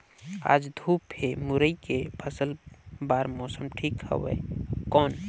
आज धूप हे मुरई के फसल बार मौसम ठीक हवय कौन?